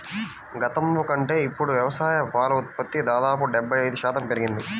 గతంలో కంటే ఇప్పుడు వ్యవసాయ పాల ఉత్పత్తి దాదాపు డెబ్బై ఐదు శాతం పెరిగింది